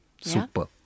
Super